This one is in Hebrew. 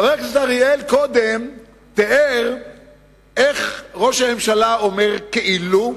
חבר הכנסת אריאל קודם תיאר איך ראש הממשלה אומר "כאילו"